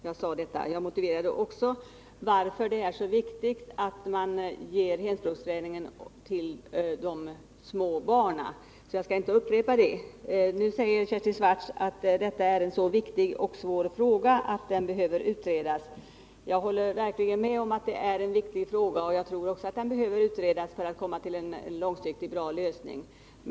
Jag motiverade också varför det är så viktigt att man ger hemspråksträning till de små barnen, så jag skall inte upprepa det. Nu säger Kersti Swartz att detta är en så viktig och svår fråga att den behöver utredas. Jag håller verkligen med om att det är en viktig fråga, och jag tror också att den behöver utredas för att man skall kunna komma fram till en långsiktigt bra lösning.